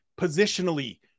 positionally